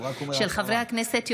חברי הכנסת,